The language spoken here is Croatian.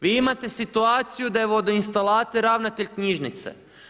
Vi imate situaciju da je vodoinstalater ravnatelj knjižnice.